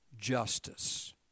justice